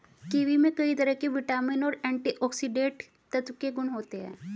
kiwi में कई तरह के विटामिन और एंटीऑक्सीडेंट तत्व के गुण होते है